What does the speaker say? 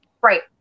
right